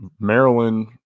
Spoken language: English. Maryland